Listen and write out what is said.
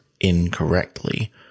incorrectly